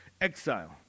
exile